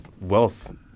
wealth